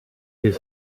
his